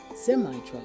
Semi-truck